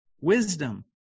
Wisdom